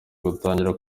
gutangira